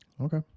Okay